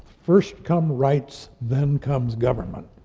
first come rights, then comes government,